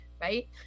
right